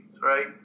right